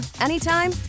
anytime